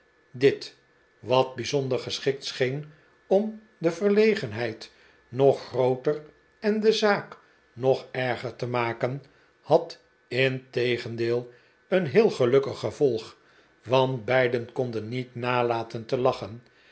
dit wat bijzonder geschikt scheen om de verlegenheid nog grooter en de zaak nog erger te maken had integendeel een heel gelukkig gevolg want beiden konden niet nalaten te lachen